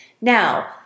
Now